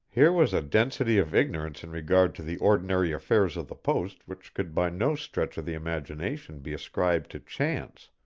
here was a density of ignorance in regard to the ordinary affairs of the post which could by no stretch of the imagination be ascribed to chance.